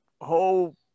whole